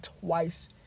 twice